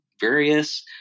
various